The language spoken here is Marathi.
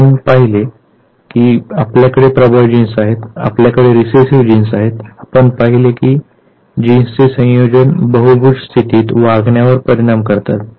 आपण पाहिले आहे की आपल्याकडे प्रबळ जीन्स आहेत आपल्याकडे रिसेसिव्ह जीन्स आहेत आपण पाहिले आहे की जीन्सचे संयोजन बहुभुज स्थितीत वागण्यावर परिणाम करतात